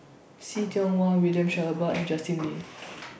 See Tiong Wah William Shellabear and Justin Lean